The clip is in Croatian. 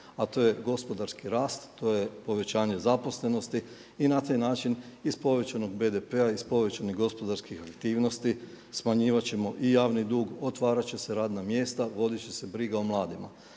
a to je gospodarski rast, to je povećanje zaposlenosti i na taj način iz povećanog BDP-a, iz povećanih gospodarskih aktivnosti smanjivat ćemo i javni dug, otvarat će se radna mjesta, vodit će se briga o mladima.